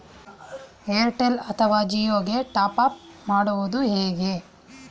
Airtel ಅಥವಾ ಜಿಯೊ ಗೆ top up ಮಾಡುವುದು ಹೇಗೆ?